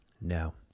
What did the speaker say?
No